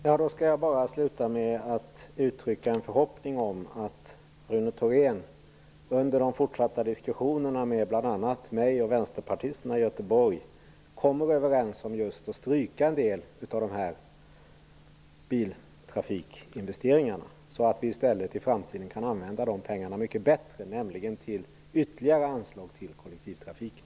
Herr talman! Jag skall avsluta med att uttrycka en förhoppning om att Rune Thorén under de fortsatta diskussionerna med bl.a. mig och vänsterpartisterna i Göteborg kommer överens om att stryka en del av biltrafikinvesteringarna, så att vi i framtiden i stället kan använda pengarna mycket bättre, nämligen till ytterligare anslag till kollektivtrafiken.